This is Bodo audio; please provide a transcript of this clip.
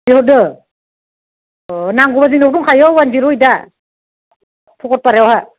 लिंहरदों अ नांगौबा जोंनाव दंखायो वान जिर' ओयदआ भकटपारायावहा